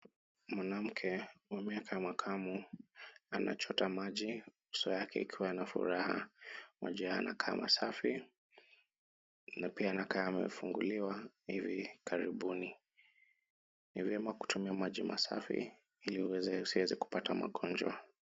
Mwanamke wa miaka makamu anachota maji, uso yake ikiwa na furaha. Maji haya yanakaa masafi na pia yanakaa yamefunguliwa hivi karibuni. Ni vyema kutumia maji masafi ili usiweze kupata magonjwa.